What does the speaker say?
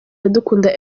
iradukunda